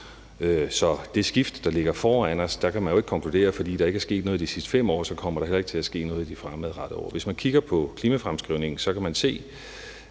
til det skift, der ligger foran os, kan man jo ikke konkludere, at fordi der ikke er sket noget de sidste 5 år, kommer der heller ikke til at ske noget fremadrettet. Hvis man kigger på klimafremskrivningen, kan man se,